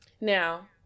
now